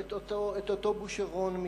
את אותו בושרון מצרפת.